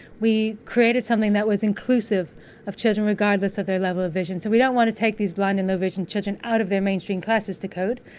we created something that was inclusive of children regardless of their level of vision. so, we don't want to take these blind and low-vision children out of their mainstream classes to code,